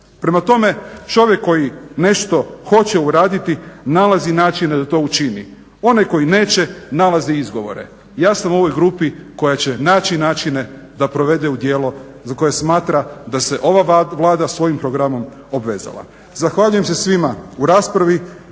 Prema tome čovjek koji nešto hoće uraditi nalazi načine da to učini, onaj koji neće nalazi izgovore. Ja sam u ovoj grupi koja će naći načine da provede u djelo za koje smatra da se ova Vlada svojim programom obvezala. Zahvaljujem se svima u raspravi